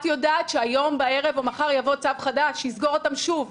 את יודעת שהיום בערב או מחר יבוא צו חדש שיסגור אותם שוב.